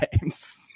games